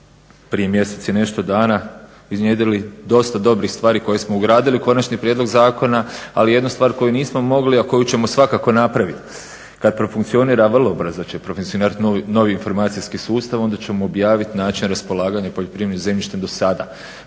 prije mjesec i nešto dana iznjedrili dosta dobrih stvari koje smo ugradili u konačni prijedlog zakona, ali jednu stvar koju nismo mogli, a koju ćemo svakako napraviti kad profunkcionira a vrlo brzo će profunkcionirati novi informacijski sustav onda ćemo objaviti način raspolaganja poljoprivrednim zemljištem dosada.